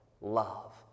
love